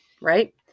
right